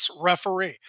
Referee